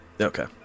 okay